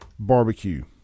Barbecue